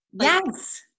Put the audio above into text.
Yes